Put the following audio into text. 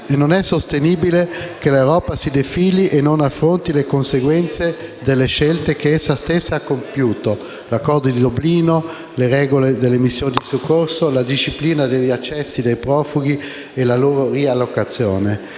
Non è sostenibile che l'Europa si defili e non affronti le conseguenze delle scelte che essa stessa ha compiuto: l'accordo di Dublino, le regole delle missioni di soccorso, la disciplina degli accessi dei profughi e la loro riallocazione.